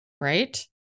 Right